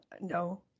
no